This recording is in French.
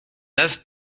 œuvre